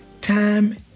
time